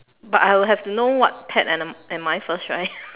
but I will have to know what pet am am I first right